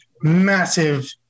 massive